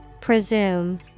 Presume